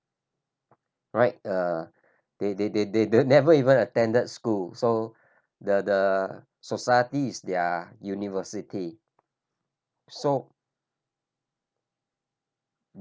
right uh they they they they they never even attended school so the the society is their university so